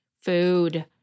Food